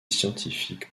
scientifique